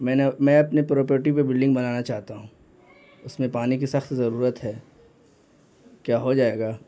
میں نے میں اپنی پراپیٹی پہ بلڈنگ بنانا چاہتا ہوں اس میں پانی کی سخت ضرورت ہے کیا ہو جائے گا